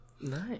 Nice